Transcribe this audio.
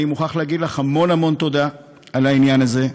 אני מוכרח להגיד לך המון תודה על העניין הזה.